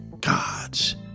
God's